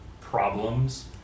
problems